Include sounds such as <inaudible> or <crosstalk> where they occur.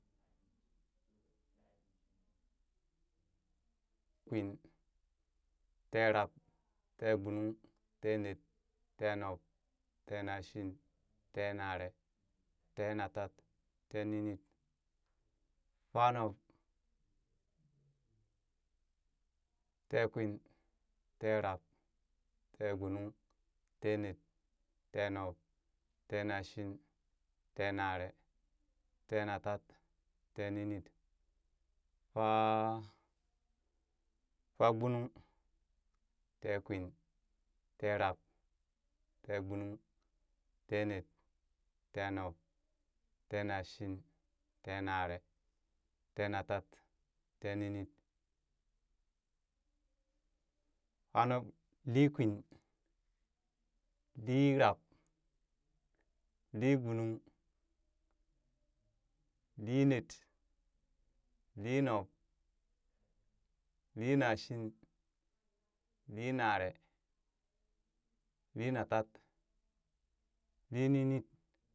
Kwin, teerab, teegbunung, teenet, teenub, teenashin, teenaree, teenatat, teninit, faanub, teekwin, teerab, teegbunung, teenet, teenub, teenashin, teenaree, teenatat, teeninit, faa- faagbunung, tekwin, teerab, teegbunung, teenet, teenub, teenashin, teenaree, teenatat, teeninit, <unintelligible> liikwin, liirab, liigbunung, liinet, liinub, liinashin, liinaree, liinatat, liininit,